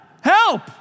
help